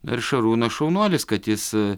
ir šarūnas šaunuolis kad jis